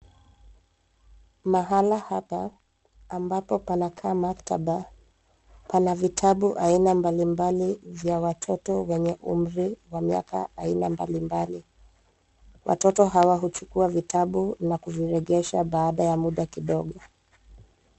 Mahali hapa ambapo panakaa maktaba, pana vitabu aina mbalimbali vya watoto wenye umri wa miaka aina mbalimbali. Watoto hawa huchukua vitabu na kuviregesha baada ya muda kidogo.